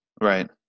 Right